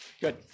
good